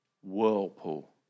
whirlpool